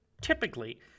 typically